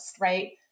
right